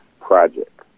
project